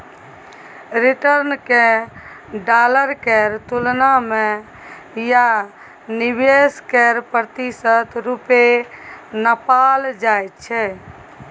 return केँ dollar केर तुलना मे या निबेश केर प्रतिशत रुपे नापल जाइ छै